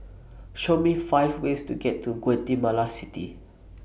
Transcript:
Show Me five ways to get to Guatemala City